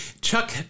Chuck